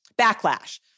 backlash